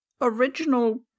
original